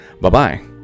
Bye-bye